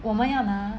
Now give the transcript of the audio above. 我们要拿